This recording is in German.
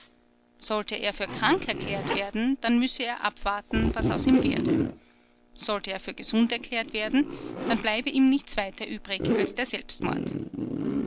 sollte er für krank erklärt werden dann müsse er abwarten was aus ihm werde sollte er für gesund erklärt werden dann bleibe ihm nichts weiter übrig als der selbstmord